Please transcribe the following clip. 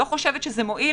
לא חושבת שזה מועיל.